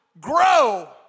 grow